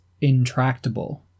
intractable